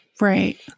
Right